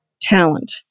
talent